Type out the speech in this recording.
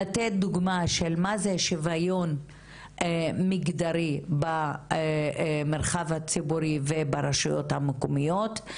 לתת דוגמה של מה זה שוויון מגדרי במרחב הציבורי וברשויות המקומיות.